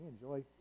enjoy